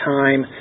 time